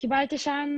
דבר שני,